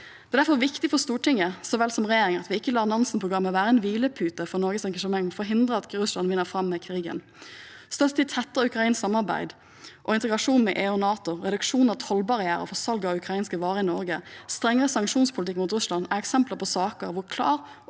Det er derfor viktig for Stortinget, så vel som for regjeringen, at vi ikke lar Nansen-programmet være en hvilepute for Norges engasjement for å hindre at Russland vinner fram med krigen. Støtte til tettere ukrainsk samarbeid og integrasjon med EU og NATO, reduksjon av tollbarrierer for salg av ukrainske varer i Norge og en strengere sanksjonspolitikk mot Russland er eksempler på saker hvor klar og